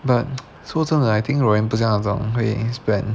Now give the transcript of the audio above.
but 说真的 I think roanne 不是那种会 spend